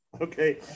Okay